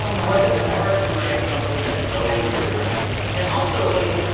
um was it hard to write something that's so your life? and also, like,